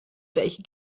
welche